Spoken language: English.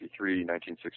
1963